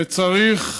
וצריך,